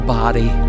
body